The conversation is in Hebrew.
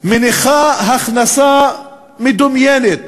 מניחה הכנסה מדומיינת